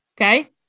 Okay